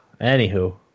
anywho